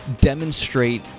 demonstrate